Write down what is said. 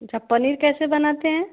अच्छा पनीर कैसे बनाते हैं